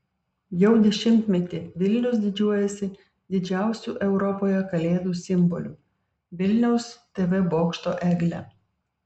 jau dešimtmetį vilnius didžiuojasi didžiausiu europoje kalėdų simboliu vilniaus tv bokšto egle